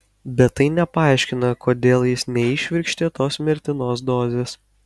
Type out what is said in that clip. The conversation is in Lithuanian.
bet tai nepaaiškina kodėl jis neįšvirkštė tos mirtinos dozės